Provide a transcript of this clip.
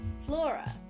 Flora